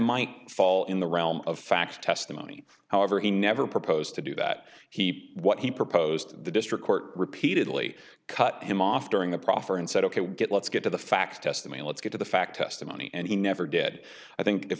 might fall in the realm of fact testimony however he never proposed to do that he what he proposed to the district court repeatedly cut him off during the proffer and said ok we'll get let's get to the facts testimony let's get to the fact that money and he never did i think if